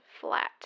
flat